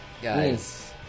Guys